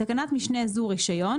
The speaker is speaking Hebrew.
בתקנת משנה זו, "רישיון"